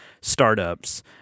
startups